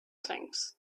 things